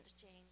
James